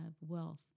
wealth